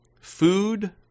Food